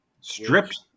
Stripped